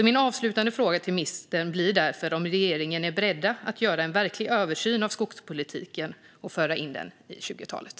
Min avslutande fråga till ministern blir därför om regeringen är beredd att göra en verklig översyn av skogspolitiken och föra in den i 20-talet.